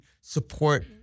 support